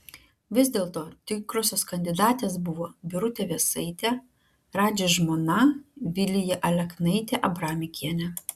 vis dėlto tikrosios kandidatės buvo birutė vėsaitė radži žmona vilija aleknaitė abramikienė